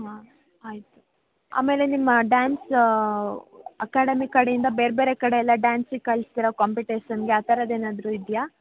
ಹಾಂ ಆಯಿತು ಆಮೇಲೆ ನಿಮ್ಮ ಡಾನ್ಸ್ ಅಕಾಡಮಿ ಕಡೆಯಿಂದ ಬೇರೆ ಬೇರೆ ಕಡೆಯೆಲ್ಲ ಡ್ಯಾನ್ಸಿಗೆ ಕಳಿಸ್ತೀರಾ ಕಾಂಪಿಟೇಷನ್ಗೆ ಆ ಥರದ್ದೇನಾದರೂ ಇದೆಯಾ